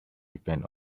depend